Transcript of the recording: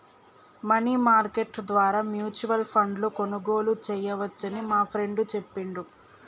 money market ద్వారా mutual ఫండ్ను కొనుగోలు చేయవచ్చని మా ఫ్రెండు చెప్పిండు